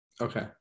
Okay